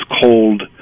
cold